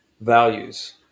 values